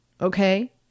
Okay